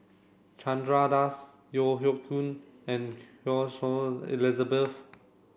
Chandra Das Yeo Hoe Koon and Choy Su Elizabeth